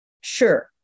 Sure